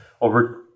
over